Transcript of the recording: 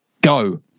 Go